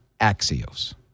Axios